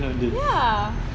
ya